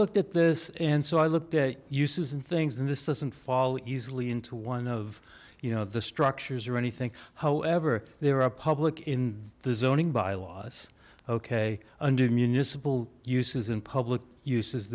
looked at this and so i looked at uses and things and this doesn't fall easily into one of you know the structures or anything however there are public in the zoning bylaws ok under municipal uses in public use